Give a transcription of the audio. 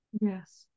Yes